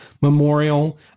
memorial